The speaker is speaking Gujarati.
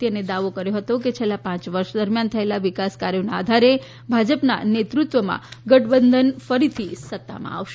શ્રી સોનોવાલે દાવો કર્યો હતો કે છેલ્લા પાંચ વર્ષ દરમિયાન થયેલા વિકાસ કાર્યોના આધારે ભાજપના નેતૃત્વમાં ગઠબંધન ફરીથી સત્તામાં આવશે